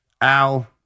Al